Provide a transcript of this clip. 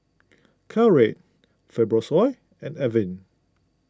Caltrate Fibrosol and Avene